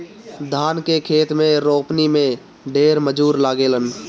धान के खेत में रोपनी में ढेर मजूर लागेलन